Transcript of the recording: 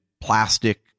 plastic